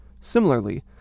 Similarly